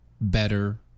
better